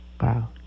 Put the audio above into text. Wow